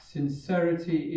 Sincerity